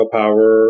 power